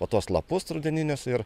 po tuos lapus rudeninius ir